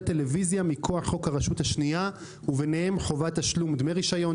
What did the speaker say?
טלוויזיה מכוח חוק הרשות השנייה וביניהם חובת תשלום דמי רישיון,